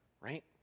right